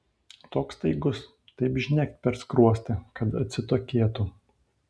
toks staigus taip žnekt per skruostą kad atsitokėtų